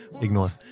ignore